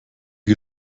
die